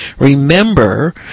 remember